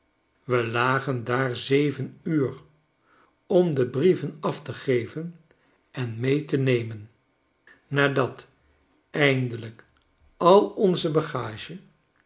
we lagen daar zeven uur om de brieven af te geven en mee te nemen nadat eindelijk al onze bagage